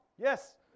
yes